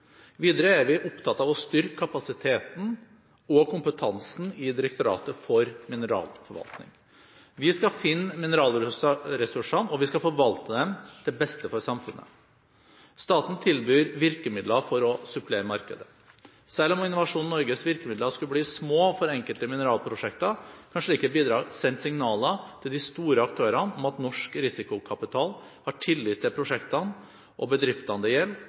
Videre er vi opptatt av å styrke kapasiteten og kompetansen i Direktoratet for mineralforvaltning. Vi skal finne mineralressursene, og vi skal forvalte dem til beste for samfunnet. Staten tilbyr virkemidler for å supplere markedet. Selv om Innovasjon Norges virkemidler skulle bli små for enkelte mineralprosjekter, kan slike bidrag sende signaler til de store aktørene om at norsk risikokapital har tillit til prosjektene og bedriftene det gjelder,